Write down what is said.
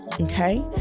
Okay